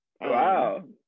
wow